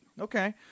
Okay